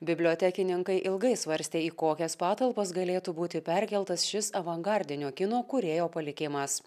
bibliotekininkai ilgai svarstė į kokias patalpas galėtų būti perkeltas šis avangardinio kino kūrėjo palikimas